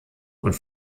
und